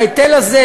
ההיטל הזה,